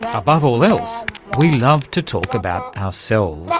above all else we love to talk about ah so